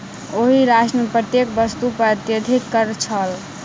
ओहि राष्ट्र मे प्रत्येक वस्तु पर अत्यधिक कर छल